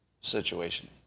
situation